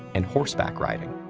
and horseback riding.